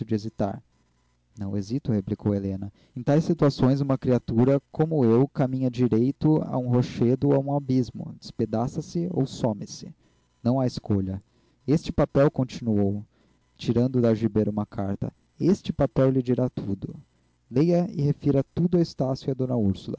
hesitar não hesito replicou helena em tais situações uma criatura como eu caminha direito a um rochedo ou a um abismo despedaça se ou some-se não há escolha este papel continuou tirando da algibeira uma carta este papel lhe dirá tudo leia e refira tudo a estácio e a d úrsula